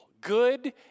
good